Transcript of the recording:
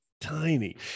tiny